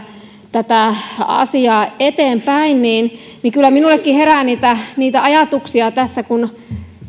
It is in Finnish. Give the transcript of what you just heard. tätä asiaa eteenpäin kyllä minullekin herää niitä niitä ajatuksia tässä kun